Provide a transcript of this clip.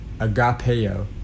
agapeo